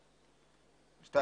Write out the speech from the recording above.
(2)